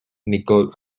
nicole